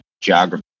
geography